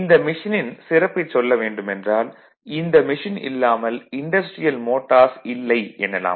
இந்த மெஷினின் சிறப்பைச் சொல்ல வேண்டுமென்றால் இந்த மெஷின் இல்லாமல் இன்டஸ்ட்ரியல் மோட்டார்ஸ் இல்லை எனலாம்